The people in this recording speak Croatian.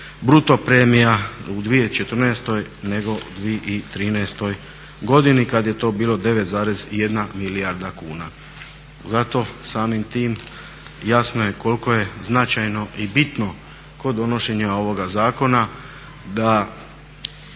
bruto premija u 2014. nego u 2013. godini kad je to bilo 9,1 milijarda kuna. Zato samim tim jasno je koliko je značajno i bitno kod donošenja ovoga zakona da